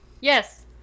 yes